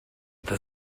veux